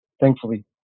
thankfully